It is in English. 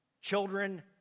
children